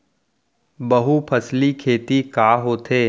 बहुफसली खेती का होथे?